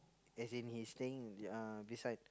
as in he's staying in uh beside